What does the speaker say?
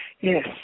Yes